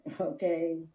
okay